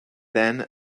then